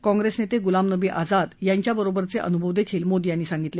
कॉंग्रेसनेते गुलाम नवी आझाद यांच्याबरोबरचे अनुभव देखील मोदी यांनी सांगितलं